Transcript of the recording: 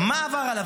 מה עבר עליו?